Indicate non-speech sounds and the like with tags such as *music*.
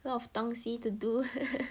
a lot of 东西 to do *laughs*